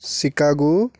Chicago